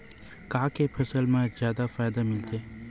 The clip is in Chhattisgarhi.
का के फसल मा जादा फ़ायदा मिलथे?